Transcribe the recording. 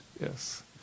Yes